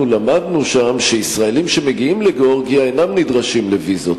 אנחנו למדנו שם שישראלים שמגיעים לגאורגיה אינם נדרשים לוויזות.